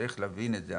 צריך להבין את זה,